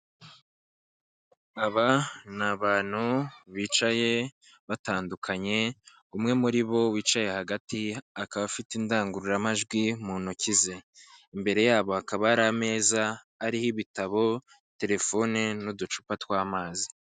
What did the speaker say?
Aba ni abantu bicaye batandukanye, umwe muri bo wicaye hagati akaba afite indangururamajwi mu ntoki ze, imbere yabo hakaba hari ameza ariho ibitabo, telefone n'uducupa tw'amazi.